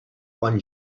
quan